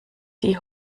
die